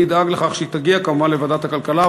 אדאג לכך שהיא תגיע, כמובן, לוועדת הכלכלה.